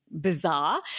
bizarre